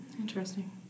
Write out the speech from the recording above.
Interesting